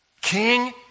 king